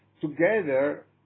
together